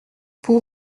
pour